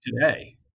today